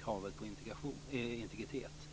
kravet på integritet.